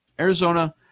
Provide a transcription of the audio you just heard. Arizona